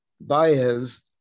Baez